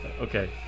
Okay